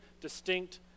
distinct